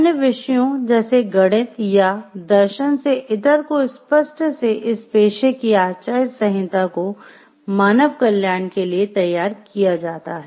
अन्य विषयों जैसे गणित या दर्शन से इतर को स्पष्ट रूप से इस पेशे की आचार संहिता को मानव कल्याण के लिए तैयार किया जाता है